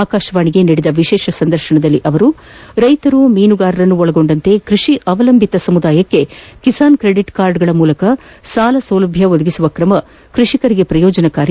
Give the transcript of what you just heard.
ಆಕಾಶವಾಣಿಗೆ ನೀಡಿದ ವಿಶೇಷ ಸಂದರ್ಶನದಲ್ಲಿ ಅವರು ರೈತರು ಮೀನುಗಾರರು ಒಳಗೊಂಡಂತೆ ಕೃಷಿ ಅವಲಂಬಿತ ಸಮುದಾಯಕ್ಕೆ ಕಿಸಾನ್ ಕ್ರೆಡಿಟ್ ಕಾರ್ಡ್ಗಳ ಮೂಲಕ ಸಾಲಸೌಲಭ್ಯ ಒದಗಿಸುವ ಕ್ರಮ ಕೃಷಿಕರಿಗೆ ಪ್ರಯೋಜನಕಾರಿ